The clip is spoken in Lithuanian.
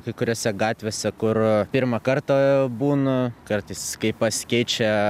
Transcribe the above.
kai kuriose gatvėse kur pirmą kartą būnu kartais kai pasikeičia